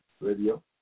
Radio